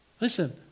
Listen